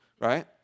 right